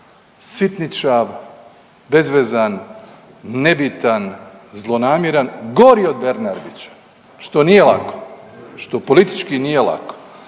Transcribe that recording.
sitničav, bezvezan, nebitan, zlonamjeran gori od Bernardića što nije lako, što politički nije lako.